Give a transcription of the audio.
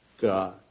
God